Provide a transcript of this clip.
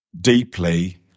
deeply